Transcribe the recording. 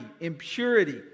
impurity